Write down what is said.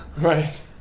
Right